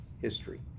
history